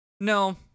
no